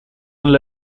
and